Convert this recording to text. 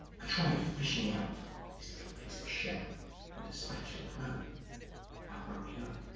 i tried fishing out this little piece of shell with the spatula, but no i broke the yolk.